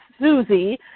Susie